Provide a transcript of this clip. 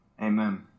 amen